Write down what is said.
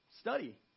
Study